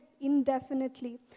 indefinitely